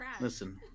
Listen